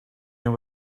know